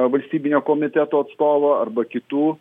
valstybinio komiteto atstovo arba kitų